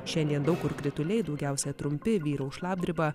šiandien daug kur krituliai daugiausia trumpi vyraus šlapdriba